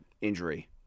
injury